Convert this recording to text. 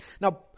Now